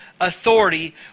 authority